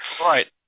Right